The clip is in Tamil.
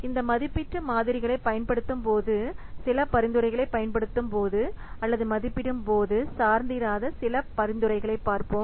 இந்த மதிப்பீட்டு மாதிரிகளைப் பயன்படுத்தும் போது சில பரிந்துரைகளைப் பயன்படுத்தும்போது அல்லது மதிப்பிடும்போது சார்ந்திராத சில பரிந்துரைகளைப் பார்ப்போம்